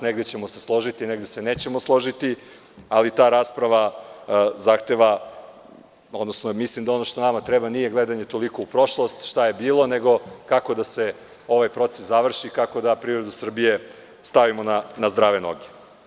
Negde ćemo se složiti, a negde se nećemo složiti, ali mislim da ono što nama treba, nije gledanje toliko u prošlost šta je bilo, nego kako da se ovaj proces završi, kako da privredu Srbije stavimo na zdrave noge.